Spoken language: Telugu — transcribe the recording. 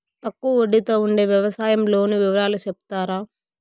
తక్కువ వడ్డీ తో ఉండే వ్యవసాయం లోను వివరాలు సెప్తారా?